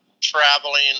traveling